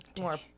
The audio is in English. more